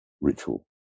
ritual